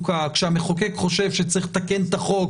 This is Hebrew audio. וכשהמחוקק חושב שצריך לתקן את החוק